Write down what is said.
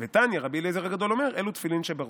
ותניא רבי אליעזר הגדול אומר אלו תפילין שבראש".